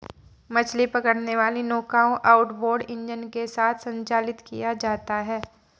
मछली पकड़ने वाली नौकाओं आउटबोर्ड इंजन के साथ संचालित किया जाता है